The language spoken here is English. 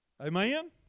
Amen